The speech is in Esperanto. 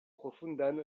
profundan